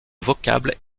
vocable